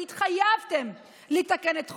שהתחייבתם לתקן את החוק,